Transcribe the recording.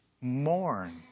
mourn